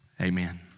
amen